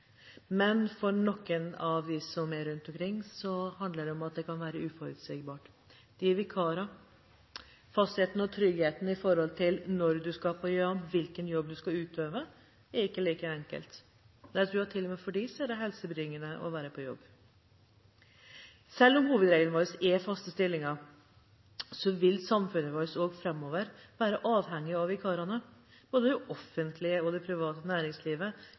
Men for noen kan det være uforutsigbart. De er vikarer. Fastheten og tryggheten i forhold til når man skal på jobb, og hvilken jobb man skal utøve, er ikke like enkel. Men jeg tror at til og med for dem er det helsebringende å være på jobb. Selv om hovedregelen er faste stillinger, vil samfunnet vårt også framover være avhengig av